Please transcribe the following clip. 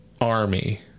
Army